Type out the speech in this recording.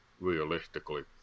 realistically